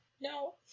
no